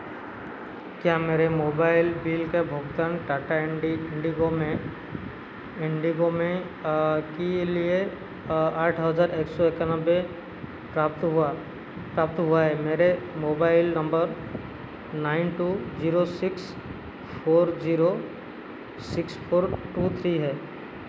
क्या मेरे mobile bill का भुगतान टाटा इंडी इंडिगो में इंडिगो मे कि लिए आठ हज़ार एक सौ इक्यानवे प्राप्त हुआ प्राप्त हुआ है मेरे mobile number nine two zero six four zero six four two three है